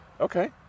Okay